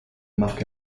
marc